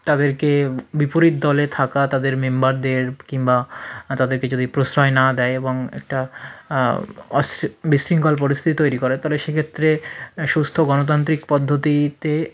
তাদেরকে বিপরীত দলে থাকা তাদের মেম্বারদের কিংবা তাদেরকে যদি প্রশ্রয় না দেয় এবং একটা অস্ বিশৃঙ্খল পরিস্থিতি তৈরি করে তাহলে সেক্ষেত্রে সুস্থ গণতান্ত্রিক পদ্ধতিতে